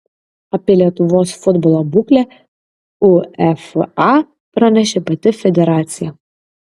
apie lietuvos futbolo būklę uefa pranešė pati federacija